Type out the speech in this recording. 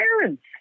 parents